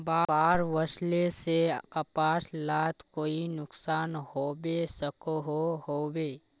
बाढ़ वस्ले से कपास लात कोई नुकसान होबे सकोहो होबे?